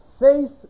faith